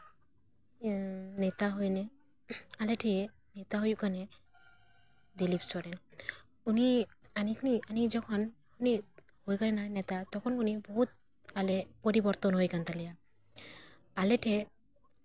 ᱟᱨ ᱱᱮᱛᱟ ᱦᱚᱸ ᱚᱱᱮ ᱟᱞᱮ ᱴᱷᱮᱱ ᱱᱮᱛᱟ ᱦᱩᱭᱩᱜ ᱠᱟᱱᱟᱭ ᱫᱤᱞᱤᱯ ᱥᱚᱨᱮᱱ ᱩᱱᱤ ᱩᱱᱤ ᱡᱚᱠᱷᱚᱱ ᱩᱱᱤ ᱦᱳᱭᱱᱟᱭ ᱱᱮᱛᱟ ᱛᱚᱠᱷᱚᱱ ᱩᱱᱤ ᱵᱩᱦᱩᱫ ᱟᱞᱮ ᱯᱚᱨᱤᱵᱚᱨᱛᱚᱱ ᱦᱩᱭ ᱠᱟᱱ ᱛᱟᱞᱮᱭᱟ ᱟᱞᱮ ᱴᱷᱮᱱ